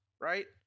right